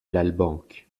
lalbenque